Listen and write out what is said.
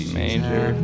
major